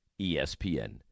ESPN